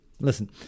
listen